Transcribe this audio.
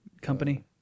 company